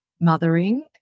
mothering